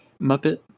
Muppet